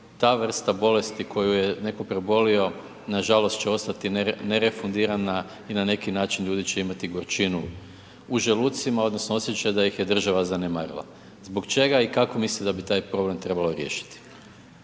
ta vrsta bolesti koju je netko prebolio, nažalost će ostati nerefundirana i na neki način ljudi će imati gorčinu u želucima odnosno osjećaj da ih je država zanemarila. Zbog čega i kako mislite da bi taj problem trebalo riješiti?